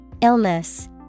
Illness